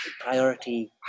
priority